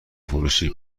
فروشی